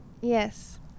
Yes